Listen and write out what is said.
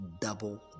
double